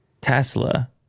Tesla